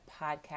podcast